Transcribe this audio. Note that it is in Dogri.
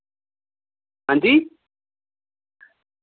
हांजी